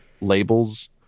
labels